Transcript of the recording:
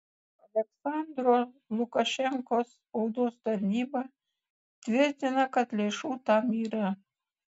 aliaksandro lukašenkos spaudos tarnyba tvirtina kad lėšų tam yra